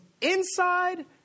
inside